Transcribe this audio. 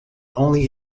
only